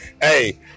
hey